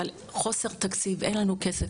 אבל בגלל חוסר בתקציב אמרו שאין כסף.